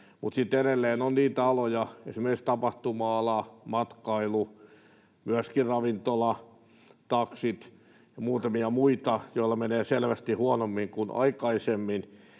Mutta sitten edelleen on niitä aloja, esimerkiksi tapahtuma-ala, matkailu, myöskin ravintolat, taksit ja muutamia muita, joilla menee selvästi huonommin kuin aikaisemmin,